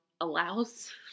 allows